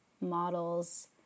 models